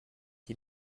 des